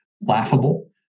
laughable